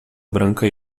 branca